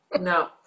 No